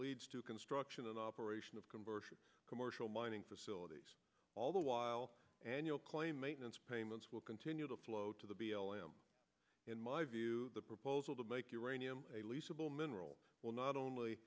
leads to construction and operation of commercial commercial mining facilities all the while annual claim maintenance payments will continue to flow to the b l m in my view the proposal to make uranium a lisa bloom mineral will not only